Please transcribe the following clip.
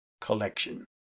collection